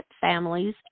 families